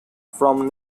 from